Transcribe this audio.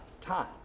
time